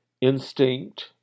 instinct